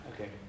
okay